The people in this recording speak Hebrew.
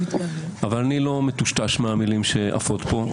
אבל אני לא מטושטש מהמילים שעפות פה.